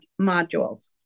modules